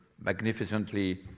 magnificently